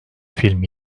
film